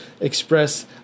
express